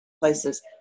places